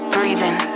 Breathing